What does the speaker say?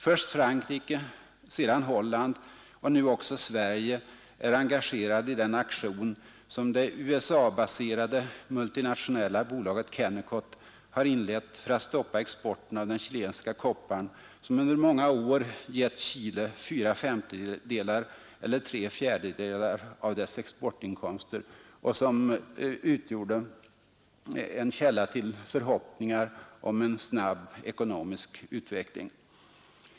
Först Frankrike, sedan Holland och nu också Sverige är engagerade i den aktion som det USA-baserade multinationella bolaget Kennecott har inlett för att stoppa exporten av den chilenska kopparn, som under många år gett Chile 4 4 av dess exportinkomster och som utgjorde en källa till förhoppningar om en snabb ekonomisk utveckling.